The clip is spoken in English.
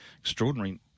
extraordinary